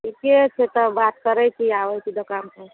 ठीके छै तऽ बात करै छी आबै छी दोकानपर